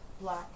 black